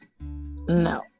No